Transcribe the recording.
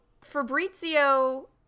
Fabrizio